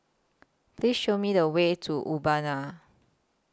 Please Show Me The Way to Urbana